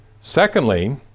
Secondly